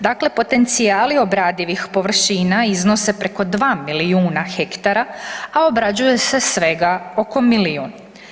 Dakle, potencijali obradivih površina iznose preko 2 milijuna hektara, a obrađuje se svega oko milijun.